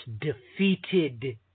defeated